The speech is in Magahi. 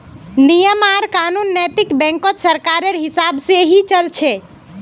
नियम आर कानून नैतिक बैंकत सरकारेर हिसाब से ही चल छ